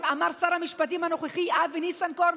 אמר שר המשפטים הנוכחי אבי ניסנקורן,